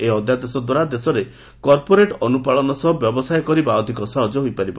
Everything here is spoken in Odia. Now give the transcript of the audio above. ଏହି ଅଧ୍ୟାଦେଶଦ୍ୱାରା ଦେଶରେ କର୍ପୋରେଟ୍ ଅନୁପାଳନ ସହ ବ୍ୟବସାୟ କରିବା ଅଧିକ ସହଜ ହୋଇପାରିବ